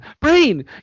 brain